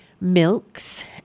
Milks